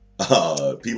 People